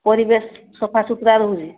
ପରିବେଶ ସଫାସୁତୁରା ରହୁଛି